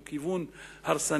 הוא כיוון הרסני,